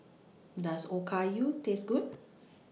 Does Okayu Taste Good